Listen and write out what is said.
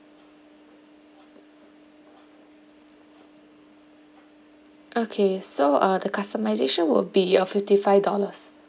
okay so uh the customization will be uh fifty five dollars